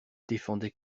défendait